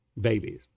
babies